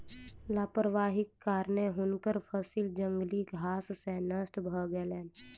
लापरवाहीक कारणेँ हुनकर फसिल जंगली घास सॅ नष्ट भ गेलैन